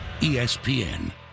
ESPN